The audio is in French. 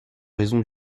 raison